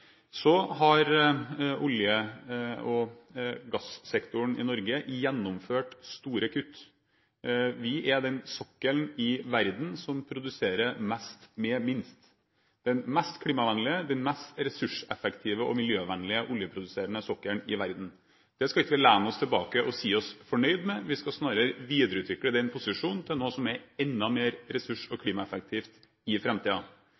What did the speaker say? Så har olje- og gassektoren i Norge gjennomført store kutt. Vi har den sokkelen i verden som produserer mest med minst – den mest klimavennlige, den mest ressurseffektive og miljøvennlige oljeproduserende sokkelen i verden. Det skal vi ikke lene oss tilbake og si oss fornøyd med. Vi skal snarere videreutvikle den posisjonen til noe som er enda mer ressurs- og klimaeffektivt i